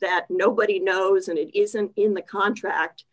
that nobody knows and it isn't in the contract